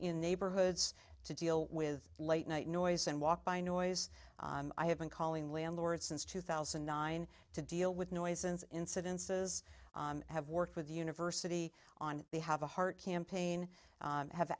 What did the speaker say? the neighborhoods to deal with late night noise and walk by noise i have been calling landlord since two thousand and nine to deal with noises incidences have worked with the university on they have a heart campaign have